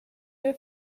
your